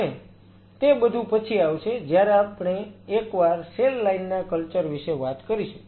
અને તે બધું પછી આવશે જયારે આપણે એકવાર સેલ લાઈન ના કલ્ચર વિશે વાત કરીશું